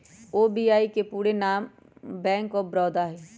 BOB के पूरे नाम बैंक ऑफ बड़ौदा हइ